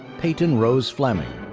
peyton rose fleming,